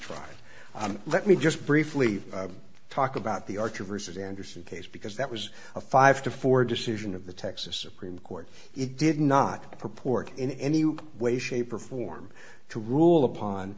from let me just briefly talk about the archer versus andersen case because that was a five to four decision of the texas supreme court it did not purport in any way shape or form to rule upon